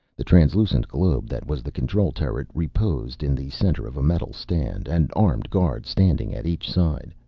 the translucent globe that was the control turret reposed in the center of a metal stand, an armed guard standing at each side.